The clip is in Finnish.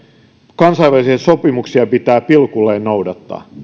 kansainvälisiä sopimuksia pitää pilkulleen noudattaa